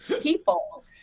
people